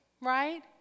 right